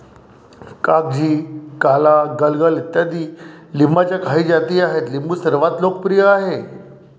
कागजी, काला, गलगल इत्यादी लिंबाच्या काही जाती आहेत लिंबू सर्वात लोकप्रिय आहे